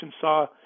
saw